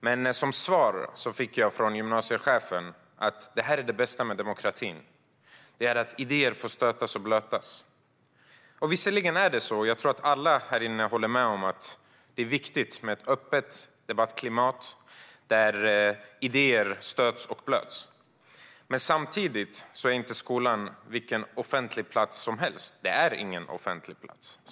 Men som svar fick jag från gymnasiechefen att detta är det bästa med demokratin - att idéer får stötas och blötas. Visserligen är det så; jag tror att alla här inne håller med om att det är viktigt med ett öppet debattklimat där idéer stöts och blöts. Samtidigt är skolan inte vilken offentlig plats som helst. Det är ingen offentlig plats.